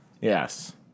Yes